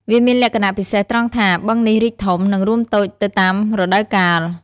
វាមានលក្ខណៈពិសេសត្រង់ថា បឹងនេះរីកធំ និងរួមតូចទៅតាមរដូវកាល។